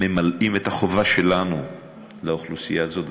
ממלאים את החובה שלנו לאוכלוסייה הזאת,